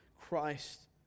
Christ